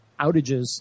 outages